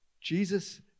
Jesus